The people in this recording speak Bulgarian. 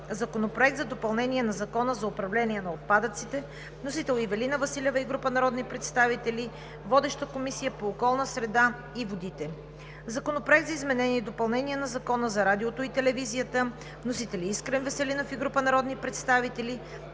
Законопроект за допълнение на Закона за управление на отпадъците. Вносители са Ивелина Василева и група народни представители. Водеща е Комисията по околната среда и водите. Законопроект за изменение и допълнение на Закона за радиото и телевизията. Вносители са Искрен Веселинов и група народни представители.